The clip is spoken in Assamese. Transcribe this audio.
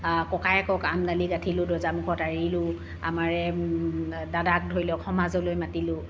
ককায়েকক আমদানি গাঠিলোঁ দৰ্জা মুখত আৰিলোঁ আমাৰে দাদাক ধৰি লওক সমাজলৈ মাতিলোঁ